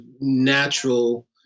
natural